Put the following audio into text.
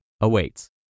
awaits